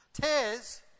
tears